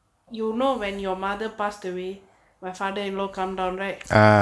you know when your mother passed away my father-in-law come down right